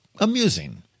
amusing